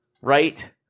right